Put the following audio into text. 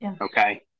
Okay